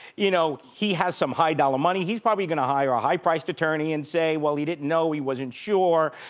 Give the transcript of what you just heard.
you know, he has some high dolla money, he's probably gonna hire a high-priced attorney and say, well he didn't know, he wasn't sure,